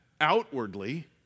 outwardly